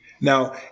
Now